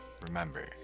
remember